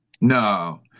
no